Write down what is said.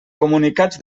comunicats